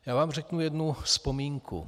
Já vám řeknu jednu vzpomínku.